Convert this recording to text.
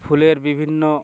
ফুলের বিভিন্ন